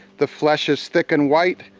the flesh is thick and white,